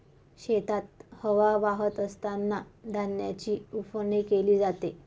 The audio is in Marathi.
शेतात हवा वाहत असतांना धान्याची उफणणी केली जाते